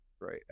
Right